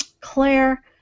Claire